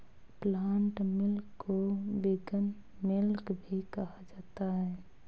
plant milk को vegan milk भी कहा जाता है